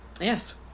yes